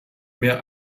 mehr